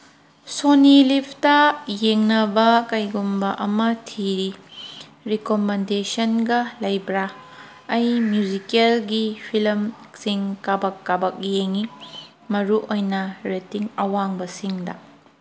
Sony ꯂꯤꯞꯇ ꯌꯦꯡꯅꯕ ꯀꯩꯒꯨꯝꯕ ꯑꯃ ꯊꯤꯔꯤ ꯔꯤꯀꯣꯃꯦꯟꯗꯦꯁꯟꯒ ꯂꯩꯕ꯭ꯔꯥ ꯑꯩ ꯃ꯭ꯌꯨꯖꯤꯀꯦꯜꯒꯤ ꯐꯤꯂꯝꯁꯤꯡ ꯀꯥꯕꯛ ꯀꯥꯕꯛ ꯌꯦꯡꯉꯤ ꯃꯔꯨꯑꯣꯏꯅ ꯔꯦꯇꯤꯡ ꯑꯋꯥꯡꯕꯁꯤꯡꯗ